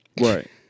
Right